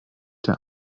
der